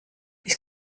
ich